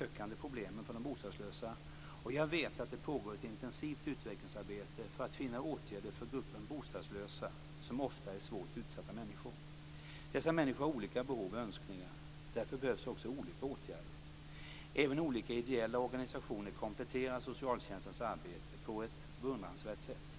ökande problemen för de bostadslösa, och jag vet att det pågår ett intensivt utvecklingsarbete för att finna åtgärder för gruppen bostadslösa som ofta är svårt utsatta människor. Dessa människor har olika behov och önskningar. Därför behövs också olika åtgärder. Även olika ideella organisationer kompletterar socialtjänstens arbete på ett beundransvärd sätt.